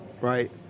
Right